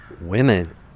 women